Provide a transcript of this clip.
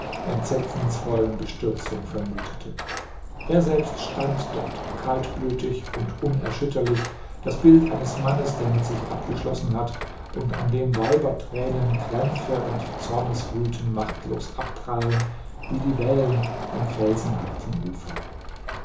entsetzensvollen bestürzung vermutete er selbst stand dort kaltblütig und unerschütterlich das bild eines mannes der mit sich abgeschlossen hat und an dem weiberthränen krämpfe und zorneswüten machtlos abprallen wie die wellen am felsenharten ufer